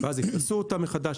ואז יפרסו אותה מחדש,